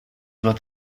las